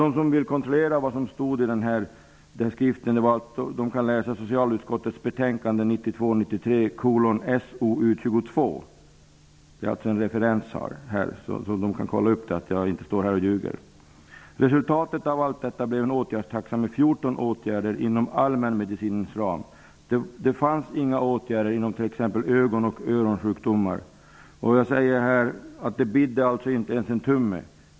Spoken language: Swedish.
De som vill kontrollera vad som stod i skriften kan läsa socialutskottets betänkande 1992/93:SoU22. Jag ger alltså en referens, så att det går att kolla upp att jag inte står här och ljuger. Resultatet av allt detta blev en åtgärdstaxa med 14 åtgärder inom allmänmedicinens ram. Det fanns inga åtgärder inom t.ex. ögon och öronsjukdomar. Det bidde alltså inte ens en tumme!